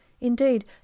Indeed